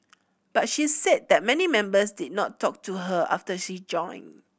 but she said that many members did not talk to her after she joined